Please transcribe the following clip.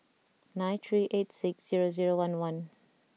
nine three eight six zero zero one one